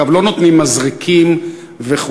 אגב, לא נותנים מזרקים וכו'.